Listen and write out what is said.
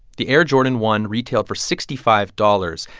the air jordan one retailed for sixty five dollars.